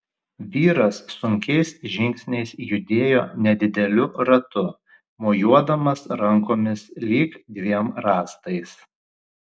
vyras sunkiais žingsniais judėjo nedideliu ratu mojuodamas rankomis lyg dviem rąstais